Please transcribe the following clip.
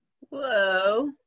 Whoa